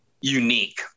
unique